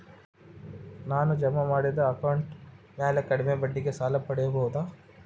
ನಾನು ಜಮಾ ಮಾಡಿದ ಅಕೌಂಟ್ ಮ್ಯಾಲೆ ಕಡಿಮೆ ಬಡ್ಡಿಗೆ ಸಾಲ ಪಡೇಬೋದಾ?